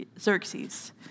Xerxes